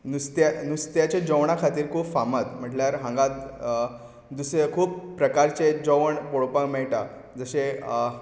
नुस्तें नुस्त्याच्या जेवणा खातीर खूब फामाद म्हटल्यार हांगा दुसरें खूब प्रकारचें जेवण पळोवपाक मेळटा जशें